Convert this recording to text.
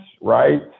right